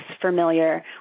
familiar